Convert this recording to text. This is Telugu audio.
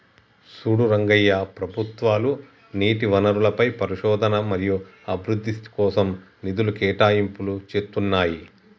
చూడు రంగయ్య ప్రభుత్వాలు నీటి వనరులపై పరిశోధన మరియు అభివృద్ధి కోసం నిధులు కేటాయింపులు చేతున్నాయి